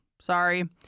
sorry